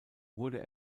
wurde